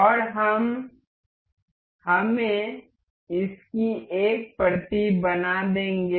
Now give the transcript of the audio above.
और हम हमें इसकी एक प्रति बना देंगे